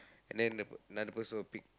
and then the another person will pick